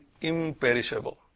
imperishable